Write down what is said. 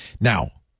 Now